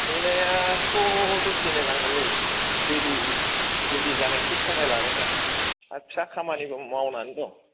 नेनायाथ' दसे नेनांगोनलै रेदि रेदि जानो एसे समाय लागोनना आरो फिसा खामानिबो मावनानै दं